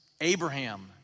Abraham